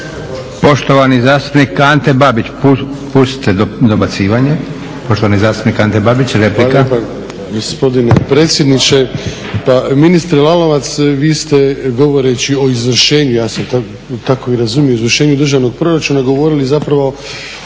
Poštovani zastupnik Ante Babić. Pustite dobacivanje. Poštovani zastupnik Ante Babić, replika.